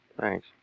Thanks